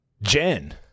Jen